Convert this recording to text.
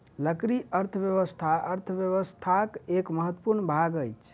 लकड़ी अर्थव्यवस्था अर्थव्यवस्थाक एक महत्वपूर्ण भाग अछि